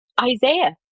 Isaiah